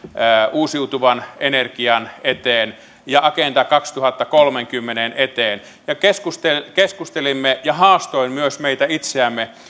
uusiutuvan energian eteen ja agenda kaksituhattakolmekymmentän eteen keskustelimme ja haastoin myös meitä itseämme